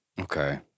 Okay